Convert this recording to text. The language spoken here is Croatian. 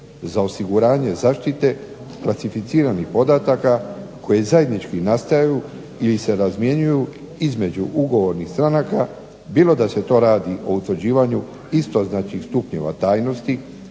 za osiguranje zaštite klasificiranih podataka koji zajednički nastaju ili se razmjenjuju između ugovornih stranaka bilo da se to radi o utvrđivanju istoznačnih stupnjeva tajnosti,